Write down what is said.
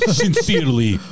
sincerely